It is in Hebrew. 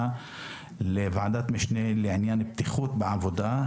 ושינינו את שמה לוועדת משנה לעניין בטיחות בעבודה.